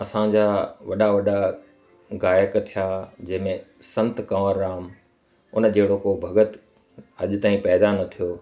असांजा वॾा वॾा गायक थिया जंहिं में संत कंवर राम हुन जहिड़ो को भॻत अॼु ताईं पैदा न थियो